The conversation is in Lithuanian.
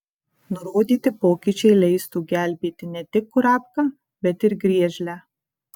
nurodyti pokyčiai leistų gelbėti ne tik kurapką bet ir griežlę